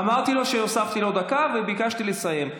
אמרתי לו שהוספתי לו דקה וביקשתי לסיים.